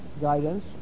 guidance